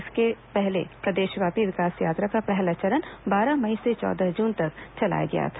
इसके पहले प्रदेशव्यापी विकास यात्रा का पहला चरण बारह मई से चौदह जून तक चलाया गया था